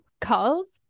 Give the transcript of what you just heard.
calls